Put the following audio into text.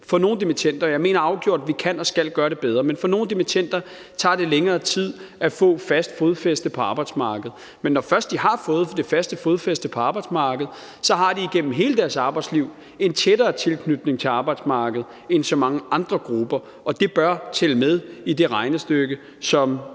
for nogle dimittender tager det måske længere tid at få fast fodfæste på arbejdsmarkedet. Men når først de har fået det faste fodfæste på arbejdsmarkedet, har de igennem hele deres arbejdsliv en tættere tilknytning til arbejdsmarkedet end så mange andre grupper. Og det bør tælle med i det regnestykke, som